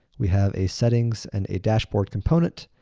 we have a settings and a dashboard component.